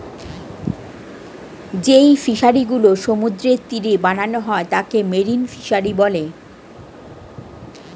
যেই ফিশারি গুলো সমুদ্রের তীরে বানানো হয় তাকে মেরিন ফিসারী বলে